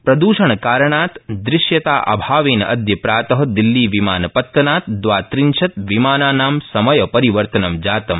प्रद्षण कारणात् दृश्यता अभावेनादय प्रातः दिल्लीविमान त्तनात् दवात्रिंशत विमानानां समय रिवर्तनं जातम